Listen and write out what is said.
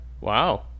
Wow